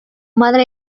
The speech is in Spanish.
madre